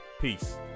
peace